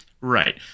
Right